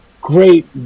great